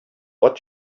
what